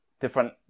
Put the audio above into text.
different